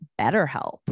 BetterHelp